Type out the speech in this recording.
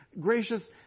gracious